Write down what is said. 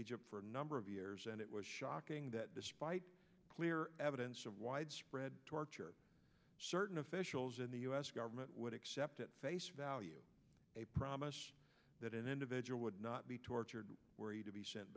egypt for a number of years and it was shocking that despite clear evidence of widespread torture certain officials in the u s government would accept at face value a promise that an individual would not be tortured where he to be sent